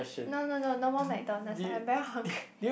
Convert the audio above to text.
no no no no more McDonalds I'm very hungry